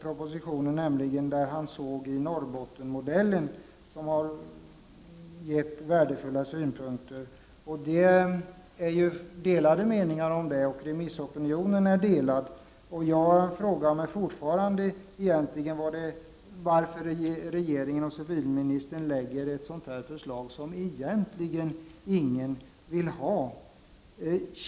Civilministern menade att Norrbottenmodellen har gett värdefulla erfarenheter. Men det råder delade meningar om den saken bland inte minst remissinstanserna. Jag frågar mig fortfarande varför regeringen och civilministern lägger fram ett förslag som egentligen ingen vill ha.